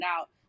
out